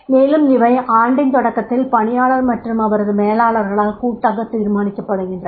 மேலும் இவை ஆண்டின் தொடக்கத்தில் பணியாளர் மற்றும் அவரது மேலாளரால் கூட்டாக தீர்மானிக்கப்படுகின்றன